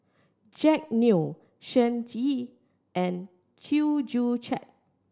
Jack Neo Shen Xi and Chew Joo Chiat